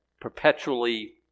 perpetually